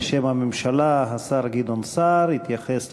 בשם הממשלה, השר גדעון סער יתייחס לדיון,